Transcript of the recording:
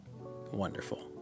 wonderful